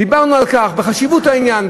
דיברנו על חשיבות העניין,